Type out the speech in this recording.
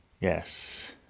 Yes